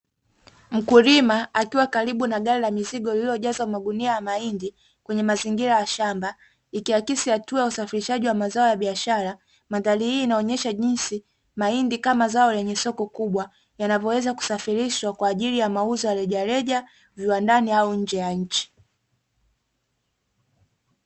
Mkulima akiwa karibu na gari la mizigo liliojazwa magunia ya mahindi kwenye mazingira ya shamba. Likiakisi hatua ya usafirishaji wa mazao ya biashara. Madhari hii inaonyesha jinsi mahindi kama zao lenye soko kubwa yanavyoweza kusafirishwa kwa ajili ya mauzo ya rejareja viwandani au nje ya nchi.